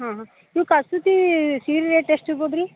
ಹಾಂ ಹಾಂ ನೀವು ಕಸೂತಿ ಸೀರೆ ರೇಟ್ ಎಷ್ಟು ಇರ್ಬೌದು ರೀ